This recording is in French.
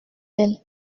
elle